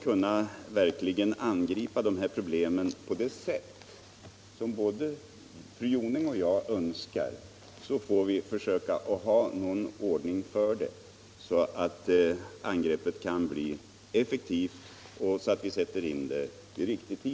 Om vi verkligen skall kunna angripa dessa problem på det sätt som både fru Joniäng och jag önskar, måste vi ha någon ordning så att besluten blir sakligt underbyggda och sätts in vid rätt tidpunkt.